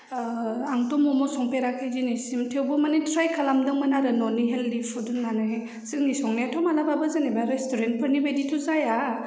आंथ' मम' संफेराखै दिनैसिम थेवबो माने ट्राय खालामदोंमोन आरो न'नि हेल्थि फुड होननानै जोंनि संनायाथ' माब्लाबाबो जेनेबा रेस्टुरेन्टफोरनि बायदिथ' जाया